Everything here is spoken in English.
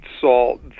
salt